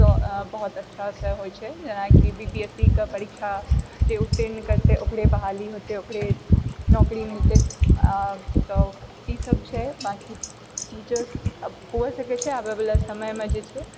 बहुत अच्छासँ होइ छै जेनाकि बी पी एस सी के परीक्षा जे उत्तीर्ण करतै ओकरे बहाली होतै ओकरे नौकरी मिलतै तऽ ई सब छै बाँकी टीचर्स होवऽ सकै छै आबैवला समयमे जे छै